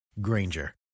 Granger